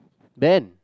Ben